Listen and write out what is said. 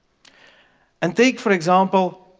and take, for example,